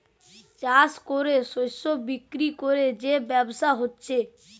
চাষ কোরে শস্য বিক্রি কোরে যে ব্যবসা হচ্ছে